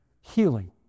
healing